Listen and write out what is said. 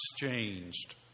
exchanged